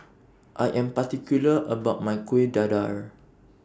I Am particular about My Kueh Dadar